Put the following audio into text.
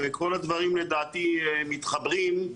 וכל הדברים לדעתי מתחברים.